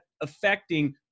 affecting